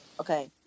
Okay